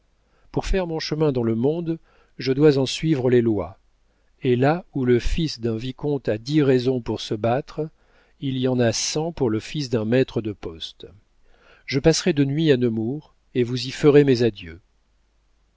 pour faire mon chemin dans le monde je dois en suivre les lois et là où le fils d'un vicomte a dix raisons pour se battre il y en a cent pour le fils d'un maître de poste je passerai de nuit à nemours et vous y ferai mes adieux